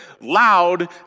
loud